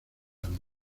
amor